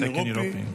לתקן אירופי,